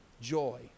joy